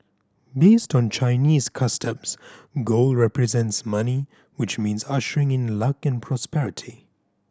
based on Chinese customs gold represents money which means ushering in luck and prosperity